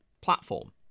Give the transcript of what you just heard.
platform